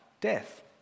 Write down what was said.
death